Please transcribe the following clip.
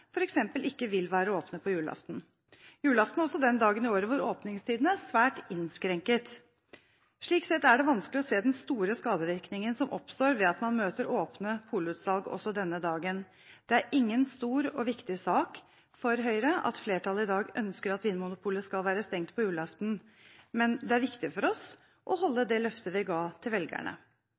ikke vil være åpne på julaften. Julaften er også den dagen i året hvor åpningstidene er svært innskrenket Slik sett er det vanskelig å se den store skadevirkningen som oppstår ved at man møter åpne polutsalg også denne dagen. Det er ingen stor og viktig sak for Høyre at flertallet i dag ønsker at Vinmonopolet skal være stengt på julaften, men det er viktig for oss å holde det løftet vi ga til velgerne.